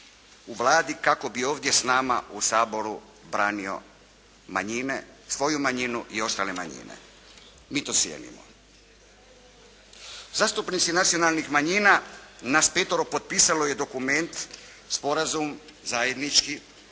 u Vladi, kako bi ovdje s nama u Saboru branio manjine, svoju manjinu i ostale manjine. Mi to cijenimo. Zastupnici nacionalnih manjina, nas petero je potpisalo dokument, sporazum zajednički